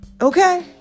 Okay